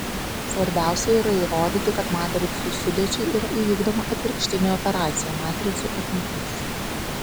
svarbiausia yra įrodyti kad matricų sudėčiai yra įvykdoma atvirkštinė operacija matricų atimtis